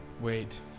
Wait